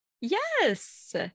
Yes